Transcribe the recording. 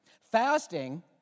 Fasting